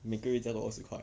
每个月加多二十块